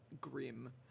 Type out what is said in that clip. grim